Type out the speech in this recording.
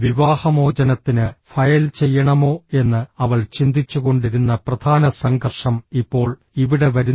വിവാഹമോചനത്തിന് file ചെയ്യണമോ എന്ന് അവൾ ചിന്തിച്ചുകൊണ്ടിരുന്ന പ്രധാന സംഘർഷം ഇപ്പോൾ ഇവിടെ വരുന്നു